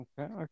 okay